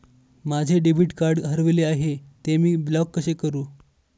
माझे debit card हरविले आहे, ते मी ब्लॉक कसे करु?